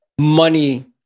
money